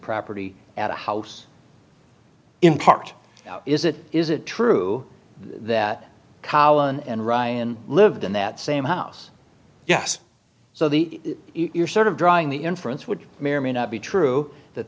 property at a house in part is it is it true that cowan and ryan lived in that same house yes so the you're sort of drawing the inference which may or may not be true that